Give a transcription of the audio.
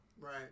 right